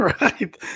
right